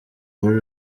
muri